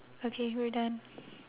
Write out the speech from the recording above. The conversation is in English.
okay we're done